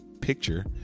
picture